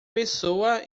pessoa